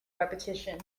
repetition